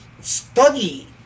study